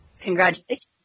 Congratulations